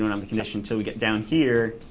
and um a condition until we get down here.